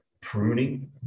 pruning